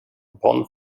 upon